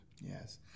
Yes